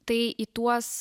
tai į tuos